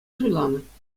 суйланӑ